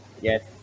Yes